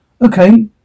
okay